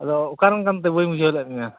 ᱟᱫᱚ ᱚᱠᱟᱨᱮᱱ ᱠᱟᱱᱛᱮᱢ ᱵᱟᱹᱧ ᱵᱩᱡᱷᱟᱹᱣ ᱞᱮᱫ ᱢᱮᱭᱟ